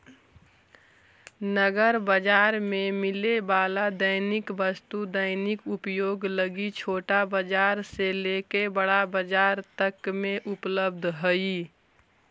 नगर बाजार में मिले वाला दैनिक वस्तु दैनिक उपयोग लगी छोटा बाजार से लेके बड़ा बाजार तक में उपलब्ध हई